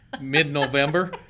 mid-November